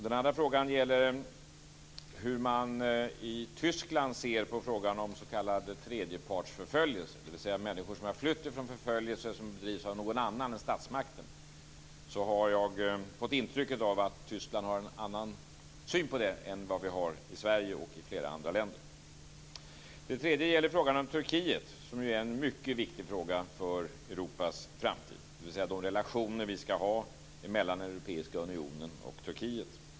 Den andra frågan gäller hur man i Tyskland ser på frågan om s.k. tredjepartsförföljelse, dvs. människor som har flytt från förföljelse som bedrivs av någon annan än statsmakten. Jag har fått intryck av att Tyskland har en annan syn på detta än vi har i Sverige och i flera andra länder. Den tredje frågan gäller Turkiet. Det är en mycket viktig fråga för Europas framtid, dvs. de relationer vi ska ha mellan Europeiska unionen och Turkiet.